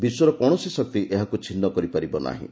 ବିଶ୍ୱର କୌଣସି ଶକ୍ତି ଏହାକୁ ଛିନୁ କରିପାରିବ ନାହିଁ